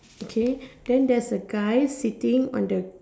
okay then there's a guy sitting on the